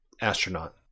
Astronaut